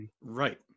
Right